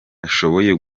ashoboye